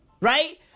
Right